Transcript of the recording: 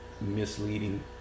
misleading